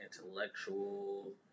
intellectual